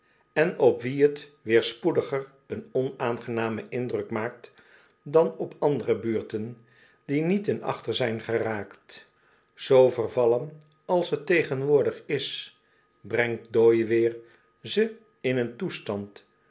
en op wie t weer spoediger een onaan genamen indruk maakt dan op andere buurten die niet ten achteren zijn geraakt zoo vervallen als ze tegenwoordig is brengt dooiweer ze in een toestand